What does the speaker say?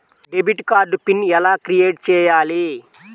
Debit card pin ఎలా create చెయ్యాలి?